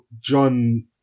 John